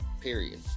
period